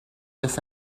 this